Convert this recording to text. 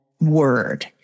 word